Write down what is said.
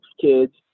kids